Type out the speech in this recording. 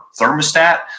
thermostat